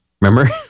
Remember